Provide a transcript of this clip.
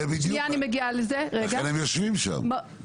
זה בדיוק, לכן הם יושבים שם.